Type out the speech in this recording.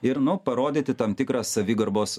ir nu parodyti tam tikrą savigarbos